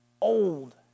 old